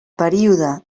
període